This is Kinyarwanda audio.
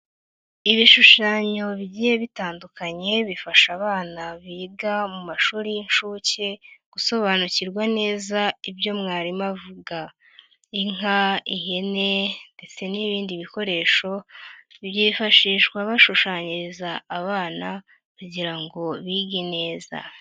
Ibishushanyo bigiye bitandukanye bifasha abana biga mu mashuri y'inshuke gusobanukirwa neza ibyo mwarimu avuga, inka, ihene ndetse n'ibindi bikoresho byifashishwa bashushanyiriza abana kugira ngo bige neza.